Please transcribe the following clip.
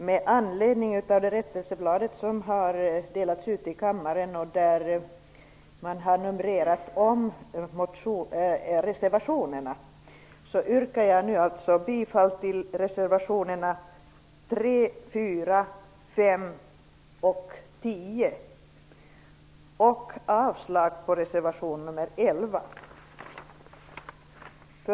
Med anledning av det rättelseblad som har delats ut i kammaren, där reservationerna har numrerats om, yrkar jag nu bifall till reservationerna 3, 4, 5 och 10, och avslag på reservation 11.